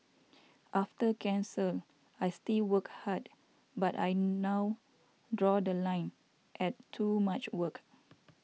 after cancer I still work hard but I now draw The Line at too much work